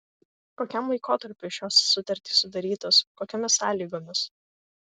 kokiam laikotarpiui šios sutartys sudarytos kokiomis sąlygomis